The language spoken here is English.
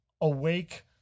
awake